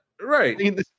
right